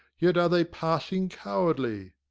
yet are they passing cowardly.